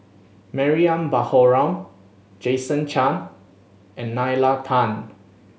Mariam Baharom Jason Chan and Nalla Tan